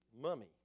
mummy